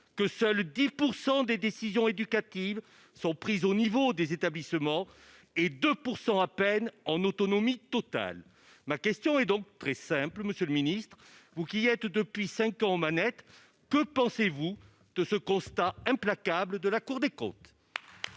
que seuls 10 % des décisions éducatives sont prises au niveau des établissements et 2 % à peine en autonomie totale, ma question est donc très simple, monsieur le Ministre, vous qui êtes depuis 5 ans aux manettes, que pensez-vous de ce constat implacable de la Cour des comptes.